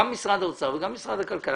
גם משרד האוצר וגם משרד הכלכלה,